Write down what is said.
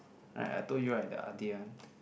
like I told you right the adik one